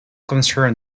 concerned